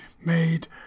made